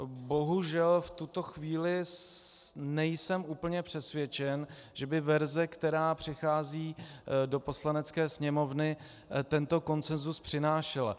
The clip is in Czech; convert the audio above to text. Bohužel v tuto chvíli nejsem úplně přesvědčen, že by verze, která přichází do Poslanecké sněmovny, tento konsenzus přinášela.